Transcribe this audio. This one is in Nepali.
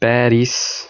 पेरिस